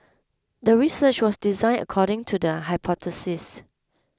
the research was designed according to the hypothesis